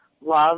love